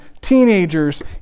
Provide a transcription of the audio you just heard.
teenagers